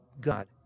God